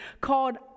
called